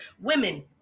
women